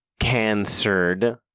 cancered